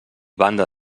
banda